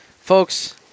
Folks